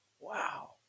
wow